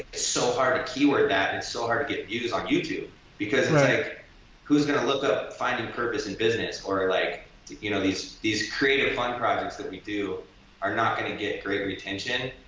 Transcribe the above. so hard to keyword that, it's and so hard to get views on youtube because who's gonna look up finding purpose in business or ah like you know these these creative fun projects that we do are not gonna get great retention.